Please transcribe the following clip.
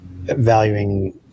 valuing